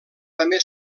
també